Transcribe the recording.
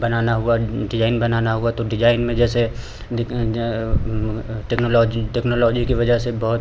बनाना हुआ डिजाइन बना हुआ तो डिजाइन में जैसे टेक्नोलॉजी के वजह से बहुत